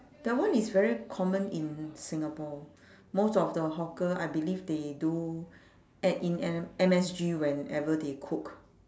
that one is very common in singapore most of the hawker I believe they do add in M M_S_G whenever they cook